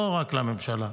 לא רק לממשלה,